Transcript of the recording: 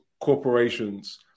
corporations